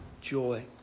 joy